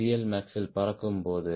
எல்மாக்ஸில் பறக்கும் போது